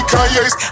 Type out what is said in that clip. Kanye's